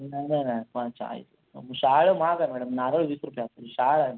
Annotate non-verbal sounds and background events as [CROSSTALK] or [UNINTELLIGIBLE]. नाही नाही नाही [UNINTELLIGIBLE] शहाळं महाग आहे मॅडम नारळ वीस रुपये असते शहाळं आहे माझ्याकडं